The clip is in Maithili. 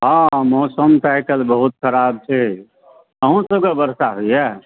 हँ मौसम तऽ आइ काल्हि बहुत खराब छै अहूँ सभके वर्षा होइए